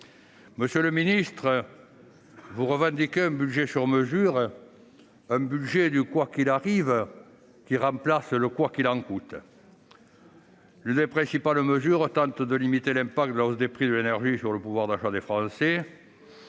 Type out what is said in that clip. Monsieur le ministre, vous revendiquez un budget « sur mesure », un budget du « quoi qu'il arrive », qui remplace le « quoi qu'il en coûte ». L'une de ses principales mesures vise à limiter l'effet de la hausse des prix de l'énergie sur le pouvoir d'achat des Français.